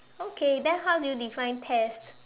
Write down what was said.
okay then how do you define test